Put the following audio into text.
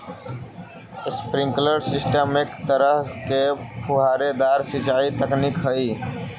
sprinkler system एक तरह के फुहारेदार सिंचाई तकनीक हइ